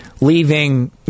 leaving